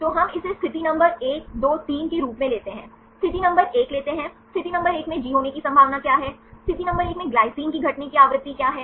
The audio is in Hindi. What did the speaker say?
तो हम इसे स्थिति नंबर 1 2 3 के रूप में लेते हैं स्थिति नंबर 1 लेते हैं स्थिति नंबर 1 में जी होने की संभावना क्या है स्थिति नंबर 1 में ग्लाइसिन की घटना की आवृत्ति क्या है